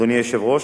אדוני היושב-ראש,